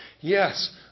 yes